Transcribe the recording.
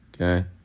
Okay